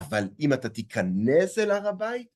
אבל אם אתה תיכנס אליו הבית...